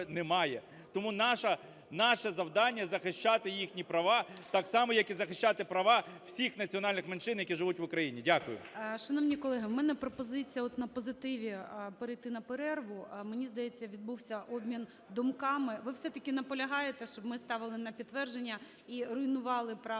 не має. Тому наше завдання захищати їхні права так само як і захищати права всіх національних меншин, які живуть в Україні. Дякую. ГОЛОВУЮЧИЙ. Шановні колеги, в мене пропозиція от на позитиві перейти на перерву. Мені здається, відбувся обмін думками… Ви все-таки наполягаєте, щоб ми ставили на підтвердження і руйнували право